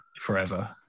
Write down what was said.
forever